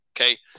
Okay